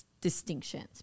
distinctions